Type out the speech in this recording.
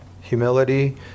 Humility